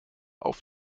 auf